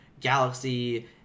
Galaxy